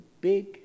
big